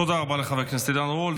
תודה רבה לחבר הכנסת עידן רול.